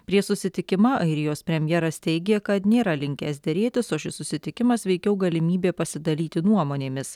prieš susitikimą airijos premjeras teigė kad nėra linkęs derėtis o šis susitikimas veikiau galimybė pasidalyti nuomonėmis